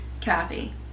Kathy